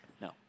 No